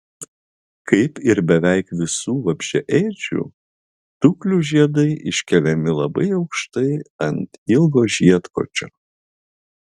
kaip ir beveik visų vabzdžiaėdžių tuklių žiedai iškeliami labai aukštai ant ilgo žiedkočio